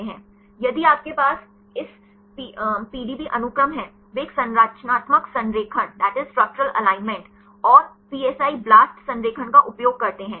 यदि आपके पास पीडीबी अनुक्रम है वे एक संरचनात्मक संरेखण और PSI BLAST संरेखण का उपयोग करते हैं